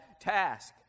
task